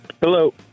hello